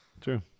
True